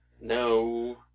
No